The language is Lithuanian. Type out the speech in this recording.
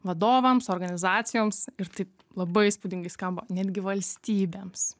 vadovams organizacijoms ir taip labai įspūdingai skamba netgi valstybėms